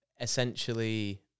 essentially